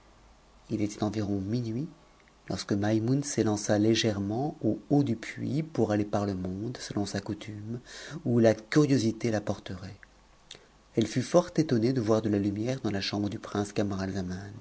il était environ minuit lorsque maimoune s'élança légèrement haut du puits pour aller par le monde selon sa coutume où la cu s e h porterait elle lut fort étonnée de voir de la lumière dans la m re du prince